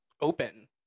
Open